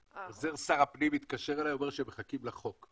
עוזר שר הפנים התקשר אלי ואמר שהם מחכים לחוק.